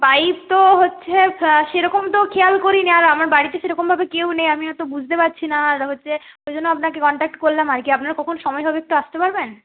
pipe তো হচ্ছে সেরকম তো খেয়াল করিনি আর আমার বাড়িতে সেরকমভাবে কেউ নেই আমি অতো বুঝতে পারছি না আর হচ্ছে ওই জন্য আপনাকে কন্ট্যাক্ট করলাম আর কি আপনার কখন সময় হবে একটু আসতে পারবেন